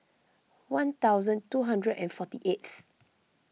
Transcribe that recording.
one thousand two hundred and forty eighth